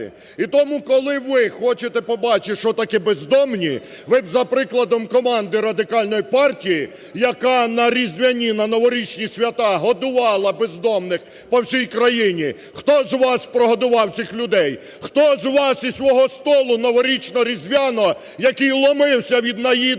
І тому, коли ви хочете побачити, що таке бездомні ви б за прикладом команди Радикальної партії, яка на різдвяні, на новорічні свята годувала бездомних по всій країні, хто з вас прогодував цих людей? Хто з вас із свого столу новорічно-різдвяного, який ломився від наїдок,